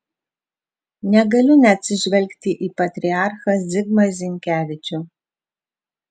negaliu neatsižvelgti į patriarchą zigmą zinkevičių